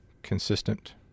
consistent